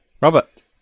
Robert